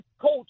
coach